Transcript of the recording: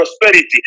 prosperity